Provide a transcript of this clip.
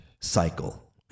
cycle